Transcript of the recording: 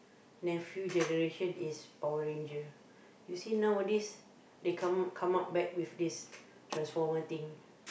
nephew generation is Power-Rangers you see nowadays they come come up back with this transformer thing